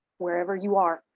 wherever you are.